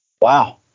wow